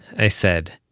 i said